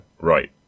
right